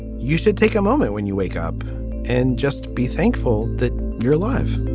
you should take a moment when you wake up and just be thankful that your life.